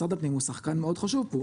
משרד הפנים הוא שחקן מאוד חשוב פה.